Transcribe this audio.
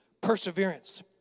Perseverance